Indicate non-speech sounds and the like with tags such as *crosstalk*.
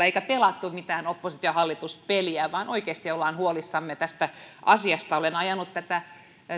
*unintelligible* emmekä pelanneet mitään oppositio hallitus peliä vaan oikeasti olemme huolissamme tästä asiasta olen ajanut tätä